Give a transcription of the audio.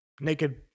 naked